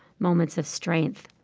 moments of strength